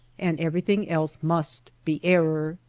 and everything else must be error.